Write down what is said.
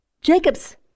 Jacob's